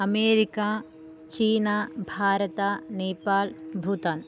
America चीना भारतम् नेपाल् भूतान्